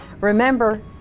Remember